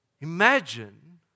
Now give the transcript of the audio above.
Imagine